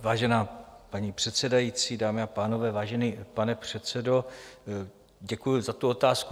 Vážená paní předsedající, dámy a pánové, vážený pane předsedo, děkuji za tu otázku.